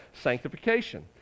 sanctification